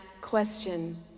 question